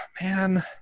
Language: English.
man